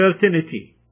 certainty